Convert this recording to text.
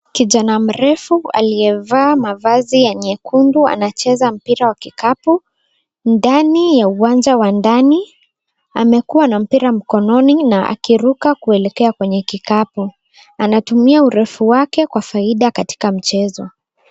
Kijana mrefu aliyevaa mavazi ya nyekundu anacheza mpira wa kikapu, ndani ya uwanja wa ndani. Amekuwa na mpira mkononi na akiruka kuelekea kwenye kikapu. Anatumia urefu wake kwa faida katika mchezo.